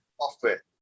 software